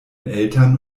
eltern